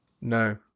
No